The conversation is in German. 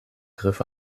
griff